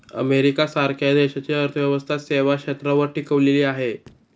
America सारख्या देशाची अर्थव्यवस्था सेवा क्षेत्रावर टिकलेली आहे